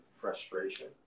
frustration